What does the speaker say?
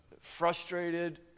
frustrated